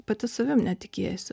pati savim netikėsiu